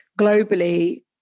globally